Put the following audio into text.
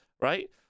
right